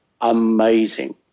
amazing